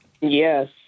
Yes